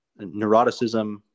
neuroticism